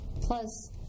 Plus